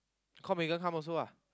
call Megan come also ah